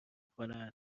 کند